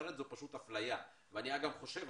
אחרת זו פשוט אפליה והיא פסולה.